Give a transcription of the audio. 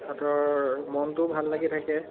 সিহঁতৰ মনটোও ভাল লাগি থাকে